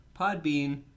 Podbean